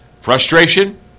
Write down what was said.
Frustration